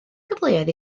gyfleoedd